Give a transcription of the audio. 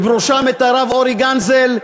ובראשם את הרב אורי גנזל,